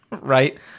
right